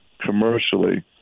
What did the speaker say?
commercially